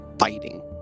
Fighting